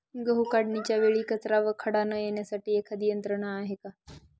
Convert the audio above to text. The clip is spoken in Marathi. गहू काढणीच्या वेळी कचरा व खडा न येण्यासाठी एखादी यंत्रणा आहे का?